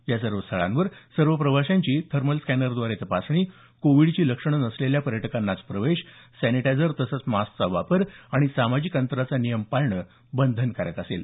या सर्व स्थळांवर सर्व प्रवाशांची थर्मल स्कॅनरद्वारे तपासणी कोविडची लक्षणे नसलेल्या पर्यटकांनाच प्रवेश सॅनिटायझर तसंच मास्कचा वापर आणि सामाजिक अंतराचा नियम पाळणं बंधनकारक असेल